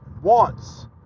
wants